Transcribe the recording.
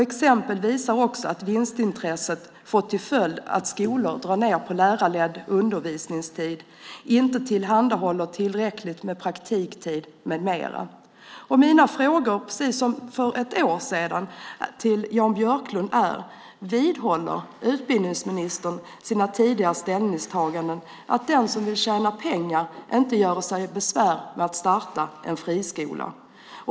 Exemplet visar också att vinstintresset har fått till följd att skolor drar ned på lärarledd undervisningstid, inte tillhandahåller tillräckligt med praktiktid med mera. Mina frågor, precis som för ett år sedan, till Jan Björklund är: Vidhåller utbildningsministern sitt tidigare ställningstagande om att den som vill tjäna pengar inte göre sig besvär med att starta en friskola?